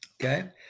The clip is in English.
okay